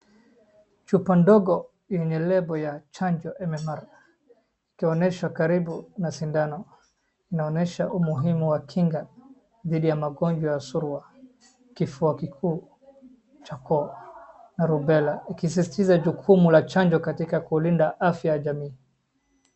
Chupa ndogo yenye lebo ya chanjo MMR ikionyeshwa karibu na sindano, inaonyesha umuhimu wa kinga dhidi ya magonjwa ya surua, kufua kikuu cha koo na rubela, ikisisitiza jukumu la chanjo katika kulinda jamii.